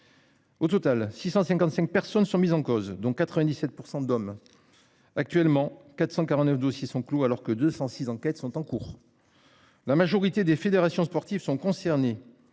Au total, 655 personnes sont mises en cause dont 97% d'hommes. Actuellement 449 dossiers sont clos alors que 206 enquêtes sont en cours. La majorité des fédérations sportives sont concernés.